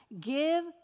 give